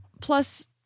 Plus